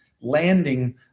landing